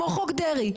כמו חוק דרעי,